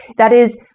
that is,